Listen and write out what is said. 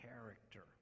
character